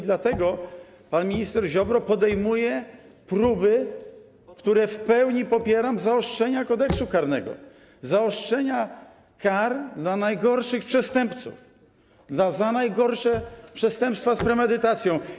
Dlatego pan minister Ziobro podejmuje próby, które w pełni popieram, zaostrzenia Kodeksu karnego, zaostrzenia kar dla najgorszych przestępców, za najgorsze przestępstwa, z premedytacją.